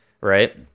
right